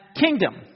kingdom